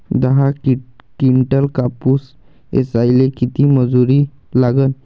दहा किंटल कापूस ऐचायले किती मजूरी लागन?